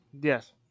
Yes